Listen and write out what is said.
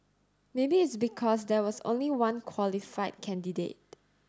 maybe it's because there was only one qualified candidate